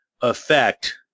effect